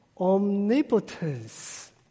omnipotence